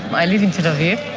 i live in tel aviv.